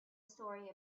story